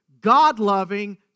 God-loving